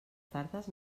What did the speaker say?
tardes